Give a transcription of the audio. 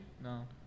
No